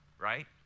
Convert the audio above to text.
right